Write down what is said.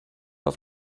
auf